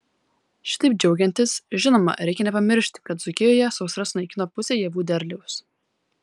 šitaip džiaugiantis žinoma reikia nepamiršti kad dzūkijoje sausra sunaikino pusę javų derliaus